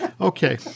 Okay